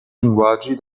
linguaggi